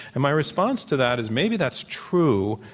and my response to that is maybe that's true,